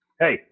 hey